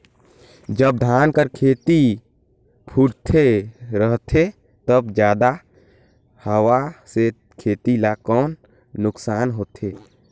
जब धान कर खेती फुटथे रहथे तब जादा हवा से खेती ला कौन नुकसान होथे?